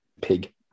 pig